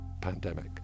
pandemic